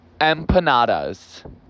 empanadas